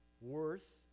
worth